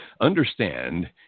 Understand